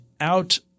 out